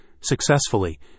Successfully